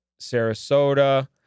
Sarasota